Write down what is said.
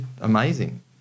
amazing